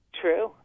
True